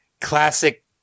classic –